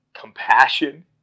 compassion